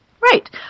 Right